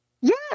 yes